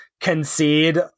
concede